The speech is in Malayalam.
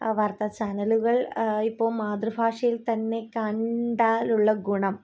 വാർത്താ ചാനലുകൾ ഇപ്പം മാതൃഭാഷയിൽ തന്നെ കണ്ടാലുള്ള ഗുണം